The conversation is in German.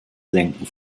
senken